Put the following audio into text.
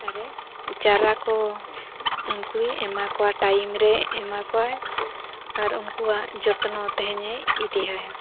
ᱟᱨᱮ ᱪᱟᱨᱟ ᱠᱚ ᱩᱱᱠᱩᱭ ᱮᱢᱟ ᱠᱚᱣᱟ ᱴᱟᱭᱤᱢ ᱨᱮ ᱮᱢᱟ ᱠᱚᱣᱟᱭ ᱟᱨ ᱩᱱᱠᱩᱣᱟᱜ ᱡᱚᱛᱱᱚ ᱛᱮᱦᱮᱧᱮ ᱤᱫᱤᱭᱟ ᱦᱟᱸᱜ